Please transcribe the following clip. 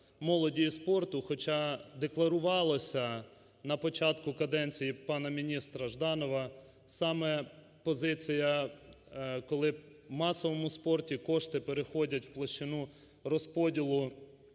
молоді і спорту, хоча декларувалося на початку каденції пана міністра Жданова саме позиція, коли в масовому спорті кошти переходять в площину розподілу,